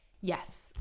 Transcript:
yes